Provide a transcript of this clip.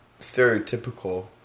stereotypical